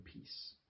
peace